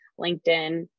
LinkedIn